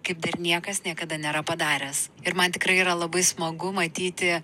kaip dar niekas niekada nėra padaręs ir man tikrai yra labai smagu matyti